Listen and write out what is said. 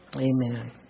Amen